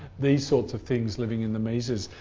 these sorts of things living in the mesas.